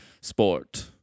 sport